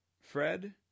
Fred